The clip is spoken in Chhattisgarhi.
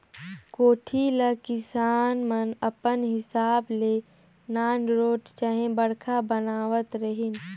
कोठी ल किसान मन अपन हिसाब ले नानरोट चहे बड़खा बनावत रहिन